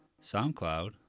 SoundCloud